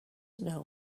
know